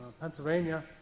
Pennsylvania